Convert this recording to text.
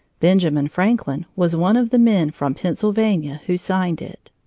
benjamin franklin was one of the men from pennsylvania who signed it.